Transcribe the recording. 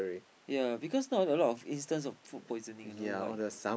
yea because now a lot of instance of food poisoning I don't know why